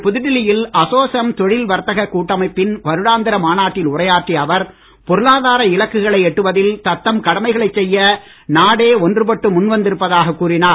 இன்று புதுடில்லியில் அசோசேம் தொழில் வர்த்தகக் கூட்டமைப்பின் வருடாந்திர மாநாட்டில் உரையாற்றிய அவர் பொருளாதார இலக்குகளை எட்டுவதில் தத்தம் கடமைகளைச் செய்ய நாடே ஒன்றுபட்டு முன்வந்திருப்பதாகக் கூறினார்